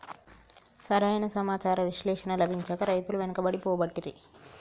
సరి అయిన సమాచార విశ్లేషణ లభించక రైతులు వెనుకబడి పోబట్టిరి